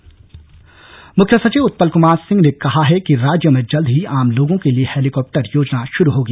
उड़ान योजना मुख्य सचिव उत्पल कुमार सिंह ने कहा है कि राज्य में जल्द ही आम लोगों के लिए हेलीकॉप्टर योजना शुरू होगी